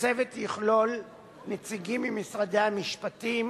הצוות יכלול נציגים ממשרד המשפטים,